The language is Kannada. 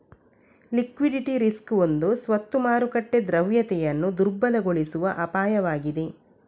ಲಿಕ್ವಿಡಿಟಿ ರಿಸ್ಕ್ ಒಂದು ಸ್ವತ್ತು ಮಾರುಕಟ್ಟೆ ದ್ರವ್ಯತೆಯನ್ನು ದುರ್ಬಲಗೊಳಿಸುವ ಅಪಾಯವಾಗಿದೆ